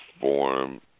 form